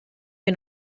wir